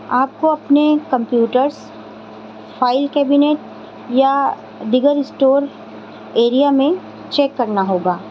آپ کو اپنے کمپیوٹرس فائل کیبنٹ یا دیگر اسٹور ایریا میں چیک کرنا ہوگا